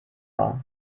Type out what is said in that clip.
war